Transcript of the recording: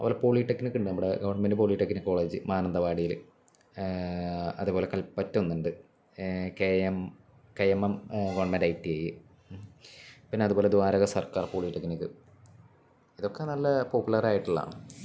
അതുപോലെ പോളിടെക്നിക്ക് ഉണ്ട് നമ്മുടെ ഗവൺമെൻറ് പോളിടെക്നിക്ക് കോളേജ് മാനന്തവാടിയില് ഏ അതേപോലെ കൽപ്പറ്റയില് ഒന്നുണ്ട് K M M government I T I പിന്നെ അതുപോലെ ദ്വാരക സർക്കാർ പോളിടെക്നിക് ഇതൊക്കെ നല്ല പോപ്പുലറായിട്ടുള്ളാണ്